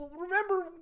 remember